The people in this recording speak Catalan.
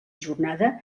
jornada